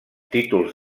títols